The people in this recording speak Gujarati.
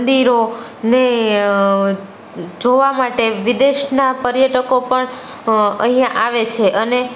મંદિરો ને જોવા માટે વિદેશના પર્યટકો પણ અહીં આવે છે અને